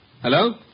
Hello